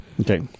Okay